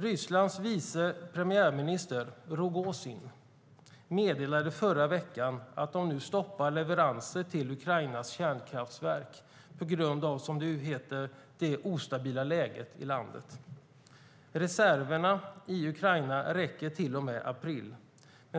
Rysslands vice premiärminister, Rogozin, meddelade förra veckan att Ryssland nu stoppar leveranser till Ukrainas kärnkraftverk på grund av, som det heter, det ostabila läget i landet. Reserverna i Ukraina räcker till och med april.